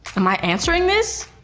am i answering this?